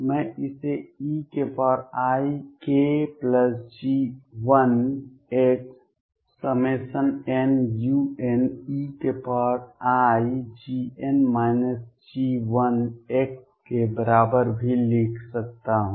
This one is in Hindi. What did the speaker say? मैं इसे eikG1xnuneix के बराबर भी लिख सकता हूं